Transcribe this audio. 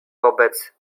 wobec